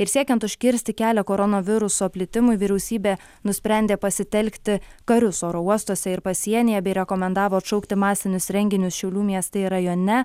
ir siekiant užkirsti kelią koronaviruso plitimui vyriausybė nusprendė pasitelkti karius oro uostuose ir pasienyje bei rekomendavo atšaukti masinius renginius šiaulių mieste ir rajone